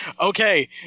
Okay